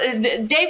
Dave